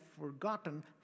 forgotten